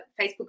Facebook